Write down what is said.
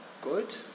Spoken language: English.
good